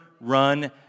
run